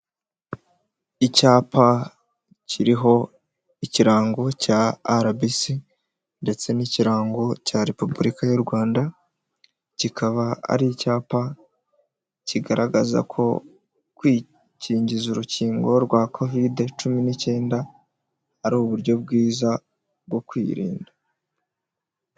Icyapa kiriho ikirango cya arabisi ndetse n' ikirango cya repubulika y'u Rwanda, kikaba ari icyapa kigaragaza ko kwikingiza urukingo rwa kovide cumi n'icyenda, ari uburyo bwiza bwo kwirinda.